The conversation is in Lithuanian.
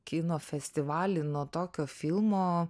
kino festivalį nuo tokio filmo